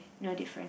no different